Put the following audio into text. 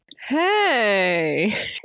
Hey